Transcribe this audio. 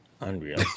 Unreal